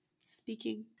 speaking